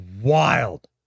wild